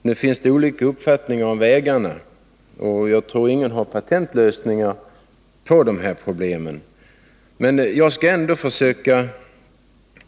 Nu finns det olika uppfattningar om vägarna, och jag tror ingen har patentlösningar att komma med.